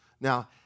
Now